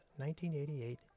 1988